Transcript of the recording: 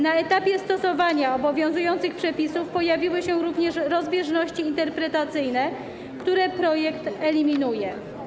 Na etapie stosowania obowiązujących przepisów pojawiły się również rozbieżności interpretacyjne, które projekt eliminuje.